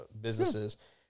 businesses